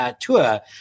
tour